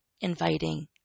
inviting